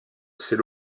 ces